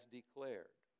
declared